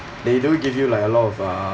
they do give you like a lot of uh